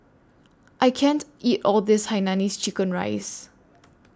I can't eat All of This Hainanese Chicken Rice